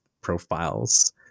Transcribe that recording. profiles